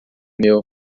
meu